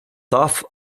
taught